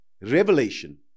revelation